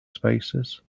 spaces